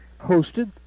hosted